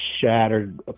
shattered